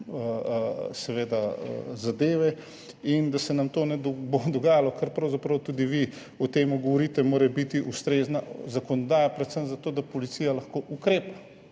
seveda zadeve, da se nam to ne bo dogajalo. Tudi vi pravzaprav o tem govorite, da mora biti ustrezna zakonodaja predvsem za to, da policija lahko ukrepa.